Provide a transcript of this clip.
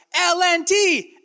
LNT